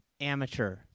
amateur